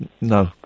No